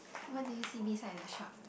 what did you see beside the shop